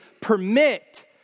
permit